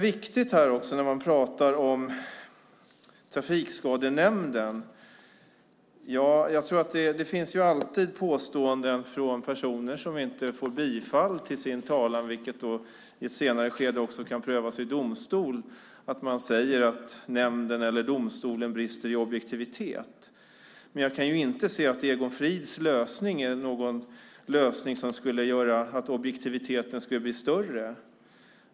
När det gäller Trafikskadenämnden finns det alltid påståenden från personer som inte får bifall till sin talan, vilket i ett senare skede också kan prövas i domstol, att nämnden eller domstolen brister i objektivitet. Jag kan dock inte se att Egon Frids lösning är något som skulle göra objektiviteten större.